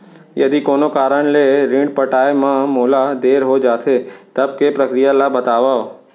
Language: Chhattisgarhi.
यदि कोनो कारन ले ऋण पटाय मा मोला देर हो जाथे, तब के प्रक्रिया ला बतावव